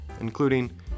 including